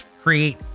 create